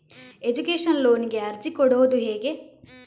Education ಲೋನಿಗೆ ಅರ್ಜಿ ಕೊಡೂದು ಹೇಗೆ?